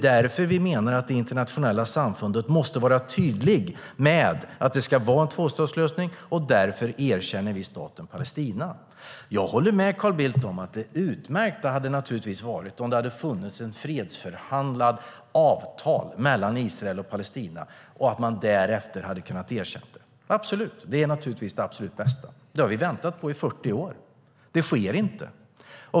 Därför menar vi att det internationella samfundet måste vara tydligt med att det ska vara en tvåstatslösning, och därför erkänner vi staten Palestina. Jag håller med Carl Bildt om att det utmärkta naturligtvis hade varit om det funnits ett fredsförhandlat avtal mellan Israel och Palestina och man därefter kunnat erkänna det. Det hade givetvis varit det absolut bästa. Det har vi väntat på i 40 år, men det sker inte.